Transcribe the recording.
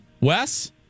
Wes